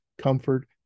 comfort